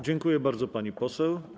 Dziękuję bardzo, pani poseł.